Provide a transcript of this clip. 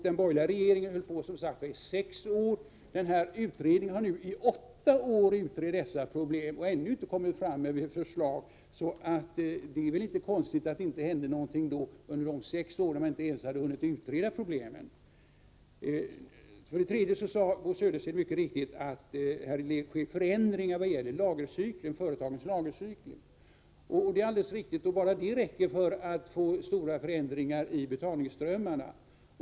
De borgerliga regeringarna varade i sex år, men utredningen har hållit på i åtta med att utreda dessa problem och ännu inte kommit med något förslag. Det är väl inte så konstigt att det inte hände något under de sex åren när problemen inte ens hade hunnit utredas. Bo Södersten sade helt riktigt att det har skett förändringar i vad gäller företagens lagercykel. Bara det räcker för att det skall uppstå stora förändringar i betalningsströmmarna.